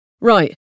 Right